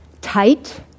tight